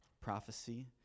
prophecy